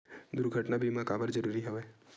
दुर्घटना बीमा काबर जरूरी हवय?